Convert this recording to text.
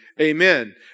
Amen